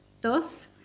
Thus